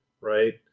right